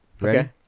Ready